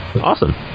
Awesome